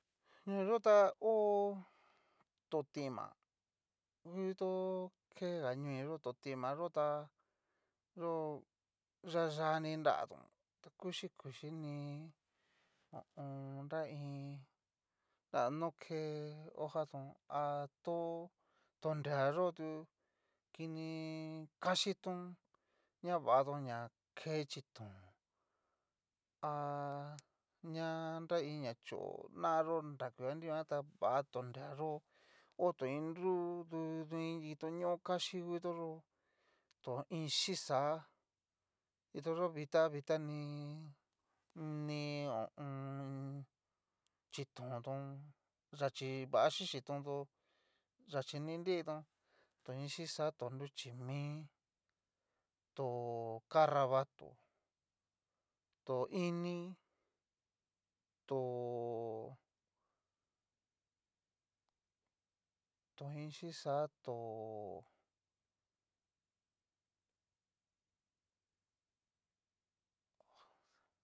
Ñóo yó ta ho totima, ngu kito keña ñóo'i yo to tima yó tá. yó yayani nratón ta kuchi kuchini nra iin nara no ke. hojatón a to nra yó tu kini casitón ña vaton ña ke chitón, ha. ña nra iin na chó xayó nraku va tó nreayó otu inru dini kito ñoo kaxi ngu kito yó'o, tó inxhixa'a hitoyo vita vitani ni ho o on. xhitontón yachí va xhixhitón do yachí ni nritón, tó ixhixa to ichí mí tó kanravato, tó iinní to in xhixa tó